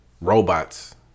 Robots